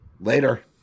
later